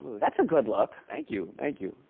that's a good look. thank you. thank you.